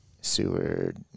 Seward